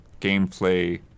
gameplay